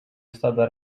stada